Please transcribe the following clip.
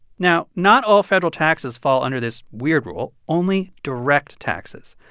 now, not all federal taxes fall under this weird rule only direct taxes.